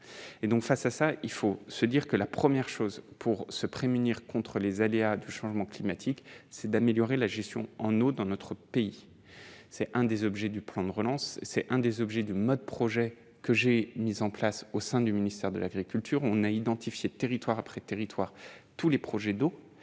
et donc, face à ça, il faut se dire que la première chose pour se prémunir contre les aléas du changement climatique, c'est d'améliorer la gestion en nous, dans notre pays, c'est un des objets du plan de relance, c'est un des objets de mode projet que j'ai mis en place au sein du ministère de l'agriculture, on a identifié territoire après territoire : tous les projets d'eau